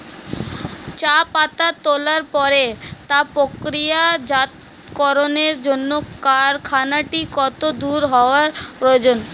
চা পাতা তোলার পরে তা প্রক্রিয়াজাতকরণের জন্য কারখানাটি কত দূর হওয়ার প্রয়োজন?